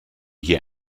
hier